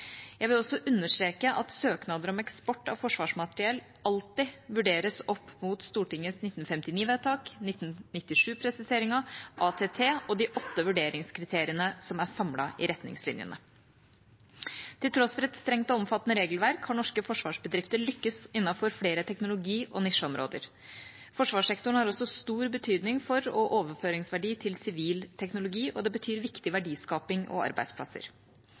Jeg vil også understreke at søknader om eksport av forsvarsmateriell alltid vurderes opp mot Stortingets 1959-vedtak, 1997-presiseringen, ATT og de åtte vurderingskriteriene som er samlet i retningslinjene. Til tross for et strengt og omfattende regelverk har norske forsvarsbedrifter lykkes innenfor flere teknologi- og nisjeområder. Forsvarssektoren har også stor betydning for – og overføringsverdi til – sivil teknologi, og det betyr viktig verdiskaping og arbeidsplasser.